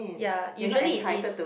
ya usually it is